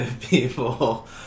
people